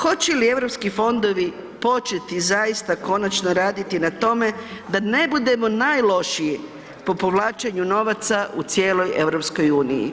Hoće li europski fondovi početi zaista konačno raditi na tome da ne budemo najlošiji po povlačenju novaca u cijeloj EU?